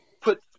put